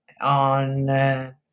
on